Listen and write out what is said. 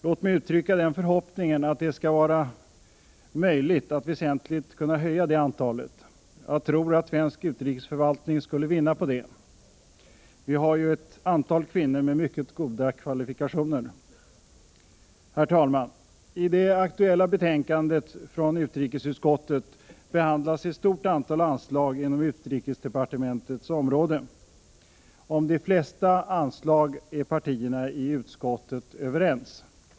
Låt mig uttrycka den förhoppningen att det skall vara möjligt att väsentligt höja det antalet. Jag tror att svensk utrikesförvaltning skulle vinna på det. Vi har ju ett antal kvinnor med mycket goda kvalifikationer. Herr talman! I det aktuella betänkandet från utrikesutskottet behandlas ett stort antal anslag inom utrikesdepartementets område. Om de flesta anslag är partierna i utskottet överens.